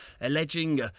alleging